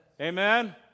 Amen